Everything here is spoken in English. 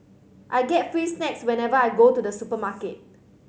I get free snacks whenever I go to the supermarket